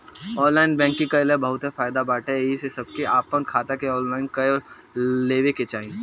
online banking कअ बहुते फायदा बाटे एही से सबके आपन खाता के ऑनलाइन कअ लेवे के चाही